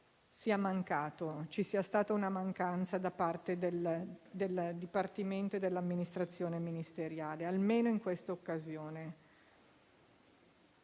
sia mancato, che ci sia stata una mancanza da parte del Dipartimento dell'amministrazione ministeriale, almeno in questa occasione.